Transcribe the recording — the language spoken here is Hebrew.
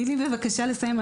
תני לי בבקשה לסיים.